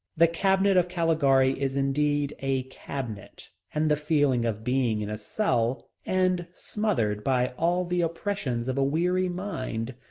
the cabinet of caligari is indeed a cabinet, and the feeling of being in a cell, and smothered by all the oppressions of a weary mind,